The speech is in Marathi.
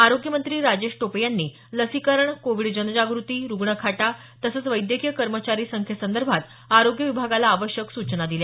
आरोग्यमंत्री राजेश टोपे यांनी लसीकरण कोविड जनजागृती रुग्णखाटा तसंच वैद्यकीय कर्मचारी संख्येसंदर्भात आरोग्य विभागाला आवश्यक सूचना दिल्या